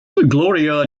gloria